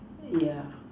yeah